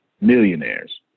millionaires